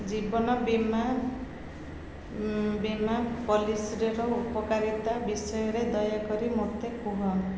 ଜୀବନ ବୀମା ବୀମା ପଲିସିର ଉପକାରିତା ବିଷୟରେ ଦୟାକରି ମୋତେ କୁହ